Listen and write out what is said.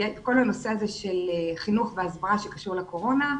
כל הנושא הזה של חינוך והסברה שקשור לקורונה,